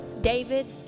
david